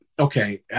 Okay